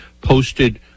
posted